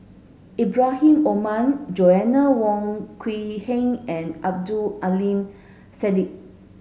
Ibrahim Omar Joanna Wong Quee Heng and Abdul Aleem